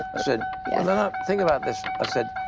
said, yeah the and um thing about this, i said,